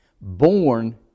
Born